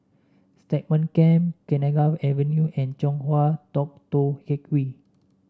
Stagmont Camp Kenanga Avenue and Chong Hua Tong Tou Teck Hwee